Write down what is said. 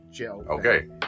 Okay